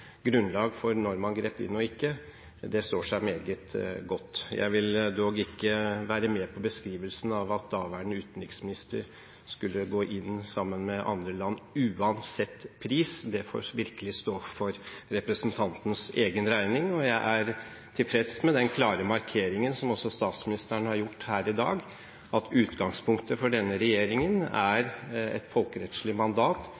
grunnlag for når man grep inn og ikke, står seg meget godt. Jeg vil dog ikke være med på beskrivelsen av at daværende utenriksminister skulle gå inn sammen med andre land «uansett pris». Det får virkelig stå for representanten Slagsvold Vedums egen regning. Jeg er tilfreds med den klare markeringen som også statsministeren har gjort her i dag, nemlig at utgangspunktet for denne regjeringen er et folkerettslig mandat,